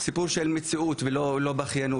סיפור של מציאות ולא בכיינות,